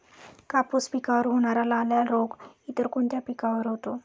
कापूस पिकावर होणारा लाल्या रोग इतर कोणत्या पिकावर होतो?